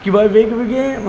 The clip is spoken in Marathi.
किंवा वेगवेगळे